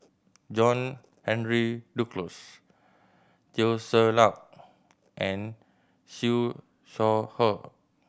John Henry Duclos Teo Ser Luck and Siew Shaw Her